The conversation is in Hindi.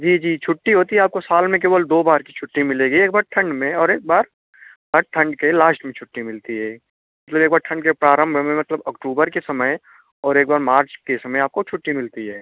जी जी छुट्टी होती है आपको साल में केवल दो बार की छुट्टी मिलेगी एक बार ठंड में और एक बार हर ठंड के लाश्ट में छुट्टी मिलती है इसलिए एक ठंड के प्रारंभ में मतलब अक्टूबर के समय और एक बार मार्च के समय आपको छुट्टी मिलती है